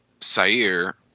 Sair